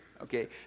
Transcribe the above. okay